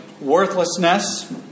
worthlessness